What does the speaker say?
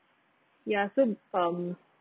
ya so um